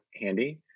handy